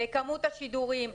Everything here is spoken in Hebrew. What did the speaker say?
כמות השידורים,